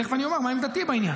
תכף אני אומר מה עמדתי בעניין.